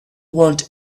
want